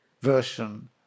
version